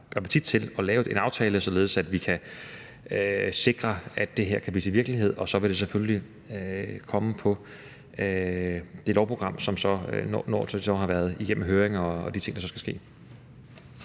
appetit på at lave en aftale, således at vi kan sikre, at det her kan blive til virkelighed. Og så vil det selvfølgelig komme på lovprogrammet, når det har været igennem høringer og de ting, der skal ske.